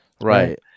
Right